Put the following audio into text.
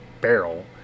barrel